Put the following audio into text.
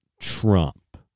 Trump